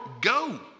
go